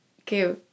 Okay